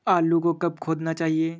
आलू को कब खोदना चाहिए?